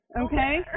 Okay